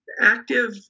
Active